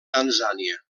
tanzània